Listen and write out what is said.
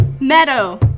Meadow